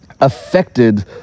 affected